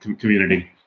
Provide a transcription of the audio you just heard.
community